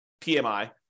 PMI